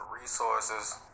resources